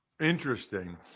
Interesting